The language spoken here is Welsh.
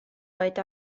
oed